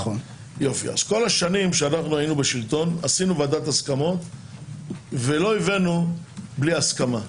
אז כל השנים שהיינו בשלטון עשינו ועדת הסכמות ולא הבאנו בלי הסכמה,